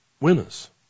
winners